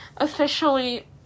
Officially